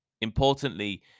Importantly